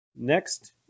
next